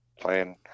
playing